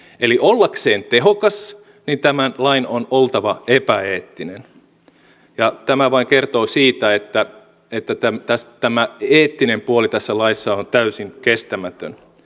eli ollakseen tehokas tämän lain on oltava epäeettinen ja tämä vain kertoo siitä että tämä eettinen puoli tässä laissa on täysin kestämätön